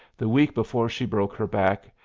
the week before she broke her back,